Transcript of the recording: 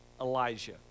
Elijah